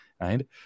right